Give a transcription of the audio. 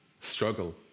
struggle